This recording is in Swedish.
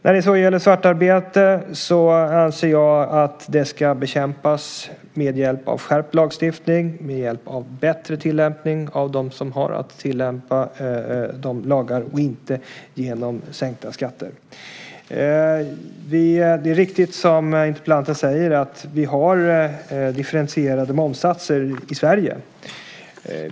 Jag anser att svartarbete ska bekämpas med hjälp av skärpt lagstiftning, med hjälp av bättre tillämpning av dem som har att tillämpa de lagarna, och inte genom sänkta skatter. Det är riktigt som interpellanten säger - vi har differentierade momssatser i Sverige.